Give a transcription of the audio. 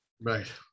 right